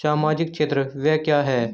सामाजिक क्षेत्र व्यय क्या है?